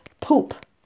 poop